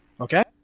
Okay